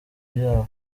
byabo